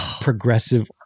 progressive